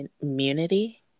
immunity